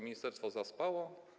Ministerstwo zaspało?